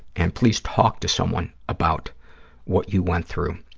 and please talk to someone about what you went through.